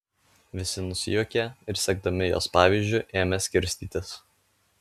visi nusijuokė ir sekdami jos pavyzdžiu ėmė skirstytis